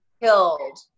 killed